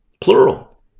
Plural